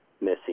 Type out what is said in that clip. missing